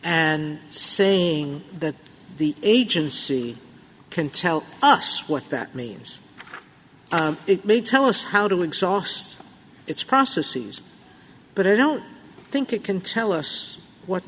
and saying that the agency can tell us what that means it may tell us how to exhaust its processes but i don't think it can tell us what